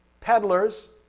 peddlers